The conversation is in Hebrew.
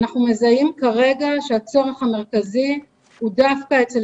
אנחנו מזהים כרגע שהצורך המרכזי הוא דווקא אצל